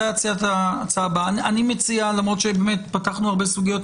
הדיון למרות שבאמת פתחנו הרבה סוגיות.